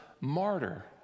martyr